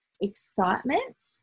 excitement